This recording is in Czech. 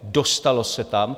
Dostalo se tam.